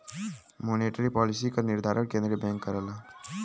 monetary policy क निर्धारण केंद्रीय बैंक करला